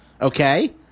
Okay